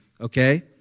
okay